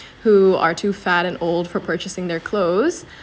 who are too fat and old for purchasing their clothes